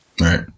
Right